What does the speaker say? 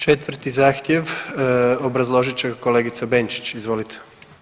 4. zahtjev, obrazložit će ga kolegica Benčić, izvolite.